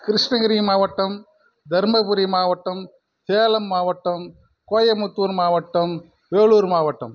கிருஷ்ணகிரி மாவட்டம் தருமபுரி மாவட்டம் சேலம் மாவட்டம் கோயம்புத்தூர் மாவட்டம் வேலூர் மாவட்டம்